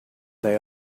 they